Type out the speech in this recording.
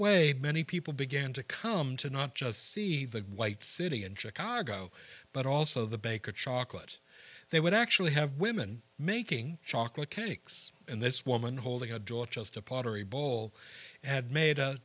way many people began to come to not just see the white city in chicago but also the baker chocolate they would actually have women making chocolate cakes and this woman holding a drop just a pottery bowl had made a